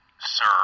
Sir